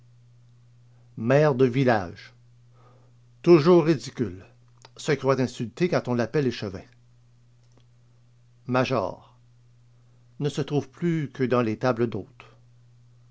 maire de village toujours ridicule se croit insulté quand on l'appelle échevin major ne se trouve plus que dans les tables d'hôte